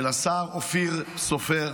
של השר אופיר סופר,